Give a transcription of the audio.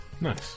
nice